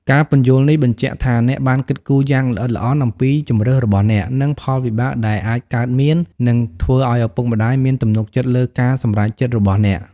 ការពន្យល់នេះ បញ្ជាក់ថាអ្នកបានគិតគូរយ៉ាងល្អិតល្អន់អំពីជម្រើសរបស់អ្នក និងផលវិបាកដែលអាចកើតមាន នឹងធ្វើឲ្យឪពុកម្ដាយមានទំនុកចិត្តលើការសម្រេចចិត្តរបស់អ្នក។